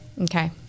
Okay